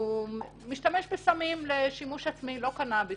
ומשתמש בסמים לשימוש עצמי לא קנאביס